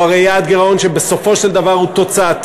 הוא הרי יעד גירעון שבסופו של דבר הוא תוצאתי,